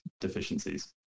deficiencies